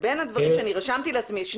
גם